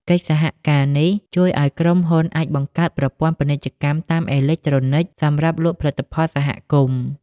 កិច្ចសហការនេះជួយឱ្យក្រុមហ៊ុនអាចបង្កើតប្រព័ន្ធពាណិជ្ជកម្មតាមអេឡិចត្រូនិក សម្រាប់លក់ផលិតផលសហគមន៍។